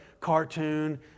cartoon